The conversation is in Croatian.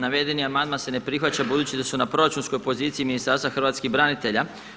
Navedeni amandman se ne prihvaća budući da su na proračunskoj poziciji Ministarstva hrvatskih branitelja.